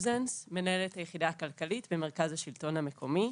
מנהלת היחידה הכלכלית במרכז השלטון המקומי.